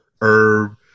herb